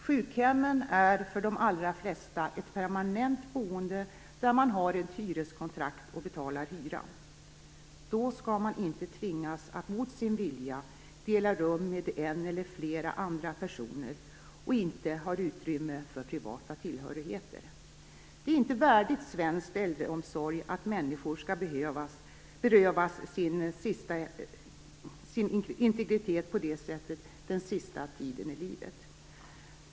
Sjukhemmen är för de allra flesta ett permanent boende, där man har ett hyreskontrakt och betalar hyra. Då skall man inte tvingas att mot sin vilja dela rum med en eller flera andra personer utan att ha utrymme för privata tillhörigheter. Det är inte värdigt svensk äldreomsorg att människor skall berövas sin integritet på det sättet den sista tiden i livet.